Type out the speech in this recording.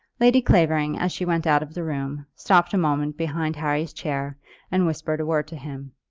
lady clavering as she went out of the room stopped a moment behind harry's chair and whispered a word to him.